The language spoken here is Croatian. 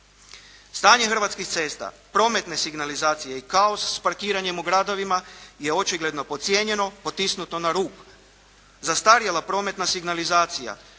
Stanje hrvatskih cesta, prometne signalizacije i kaos sa parkiranjem u gradovima je očigledno podcijenjeno, potisnuto na rub. Zastarjela prometna signalizacija,